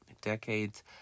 Decades